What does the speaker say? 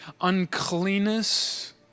uncleanness